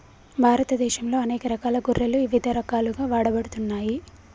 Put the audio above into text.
భారతదేశంలో అనేక రకాల గొర్రెలు ఇవిధ రకాలుగా వాడబడుతున్నాయి